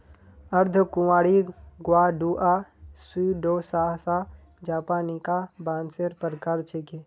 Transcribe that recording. अर्धकुंवारी ग्वाडुआ स्यूडोसासा जापानिका बांसेर प्रकार छिके